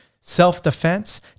self-defense